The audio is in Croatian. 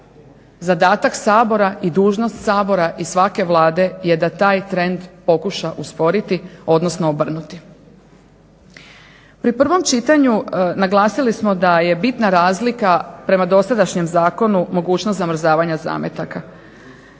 Zadatak Sabora i dužnost Sabora i svake vlade je da taj trend pokuša usporiti odnosno obrnuti. Pri prvom čitanju naglasili samo da je bitna razlika prema dosadašnjem zakonu mogućnost zamrzavanja zametaka.